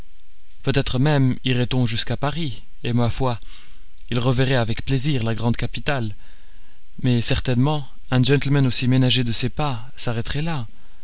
peut-être même irait on jusqu'à paris et ma foi il reverrait avec plaisir la grande capitale mais certainement un gentleman aussi ménager de ses pas s'arrêterait là